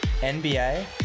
NBA